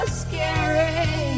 scary